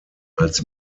als